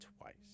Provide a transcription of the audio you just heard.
twice